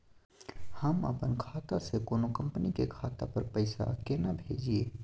हम अपन खाता से कोनो कंपनी के खाता पर पैसा केना भेजिए?